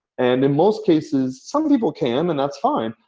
and in most cases, some people can and that's fine.